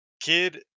Kid